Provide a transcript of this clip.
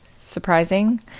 surprising